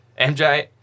MJ